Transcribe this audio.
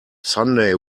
sunday